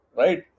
right